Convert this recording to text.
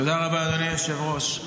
תודה רבה, אדוני היושב-ראש.